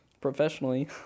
Professionally